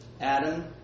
Adam